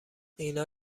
اینا